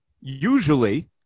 usually